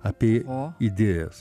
apie idėjas